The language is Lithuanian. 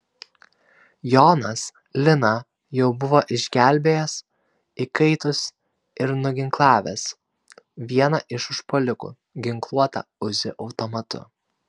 jonas lina jau buvo išgelbėjęs įkaitus ir nuginklavęs vieną iš užpuolikų ginkluotą uzi automatu